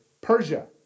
Persia